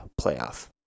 playoff